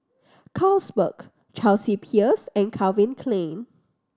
Carlsberg Chelsea Peers and Calvin Klein